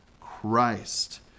Christ